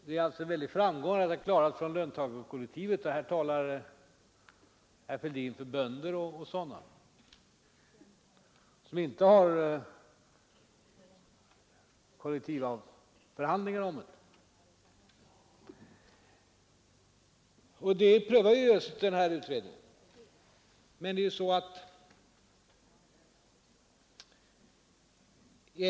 Det är en väldig framgång för löntagarkollektivet att man klarat detta. Herr Fälldin talar för bönder och sådana som inte har kollektivförhandlingar om sådant här. Men utredningen prövar just den saken.